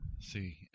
See